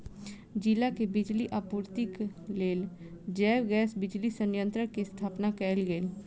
जिला के बिजली आपूर्तिक लेल जैव गैस बिजली संयंत्र के स्थापना कयल गेल